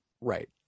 right